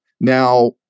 Now